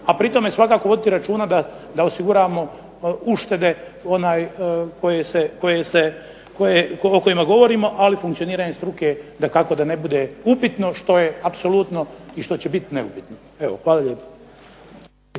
a pri tome svakako voditi računa da osiguravamo uštede koje se, o kojima govorimo, ali funkcioniranje struke dakako da ne bude upitno što je apsolutno i što će biti neupitno. Evo hvala lijepo.